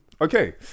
Okay